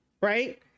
right